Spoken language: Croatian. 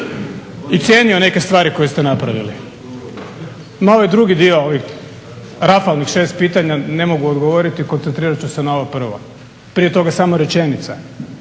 i cijenio neke stvari koje ste napravili. Na ovaj drugi dio, ovih rafalnih 6 pitanja, ne mogu odgovoriti, koncentrirat ću se na ovo prvo. Prije toga samo rečenica